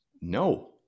No